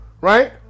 Right